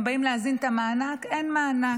הם באים להזין את המענק, אין מענק.